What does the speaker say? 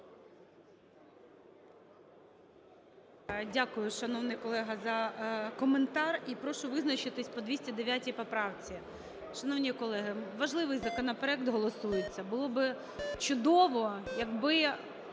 Дякую, шановний колега, за коментар. І прошу визначитись по 209 поправці. Шановні колеги, важливий законопроект голосується. Було би чудово, якби